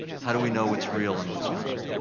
how do we know what's real and what's not?